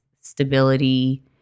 stability